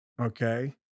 Okay